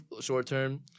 short-term